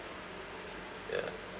ya